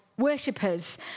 Worshippers